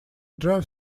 drive